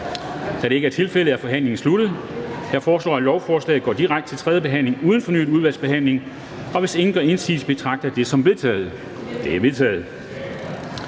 Da det ikke er tilfældet, er forhandlingen sluttet. Jeg foreslår, at lovforslaget går direkte til tredje behandling uden fornyet udvalgsbehandling. Og hvis ingen gør indsigelse, betragter jeg det som vedtaget. Det er vedtaget.